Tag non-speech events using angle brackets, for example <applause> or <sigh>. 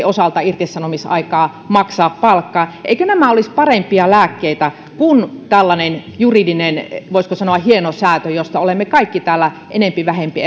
<unintelligible> osalta irtisanomisaikaa maksaa palkkaa eivätkö nämä olisi parempia lääkkeitä kuin tällainen juridinen voisiko sanoa hienosäätö josta olemme kaikki täällä enempi ja vähempi <unintelligible>